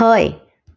हय